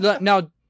now